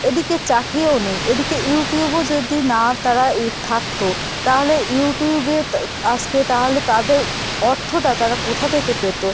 এদিকে চাকরিও নেই এদিকে ইউটিউবও যদি না তারা এই থাকতো তাহলে ইউটিউবে তা আজকে তাহলে তাদের অর্থটা তারা কোথা থেকে পেতো